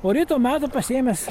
o ryto metu pasiėmęs